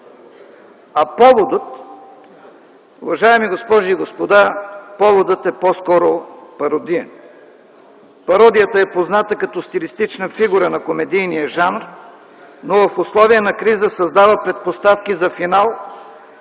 поводът е по-скоро пародиен. Пародията е позната като стилистична фигура на комедийния жанр, но в условия на криза създава предпоставки за финал,